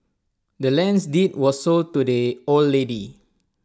the land's deed was sold to the old lady